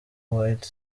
white